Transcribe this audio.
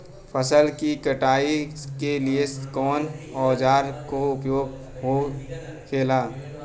फसल की कटाई के लिए कवने औजार को उपयोग हो खेला?